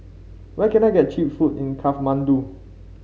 where can I get cheap food in Kathmandu